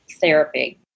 therapy